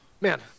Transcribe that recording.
man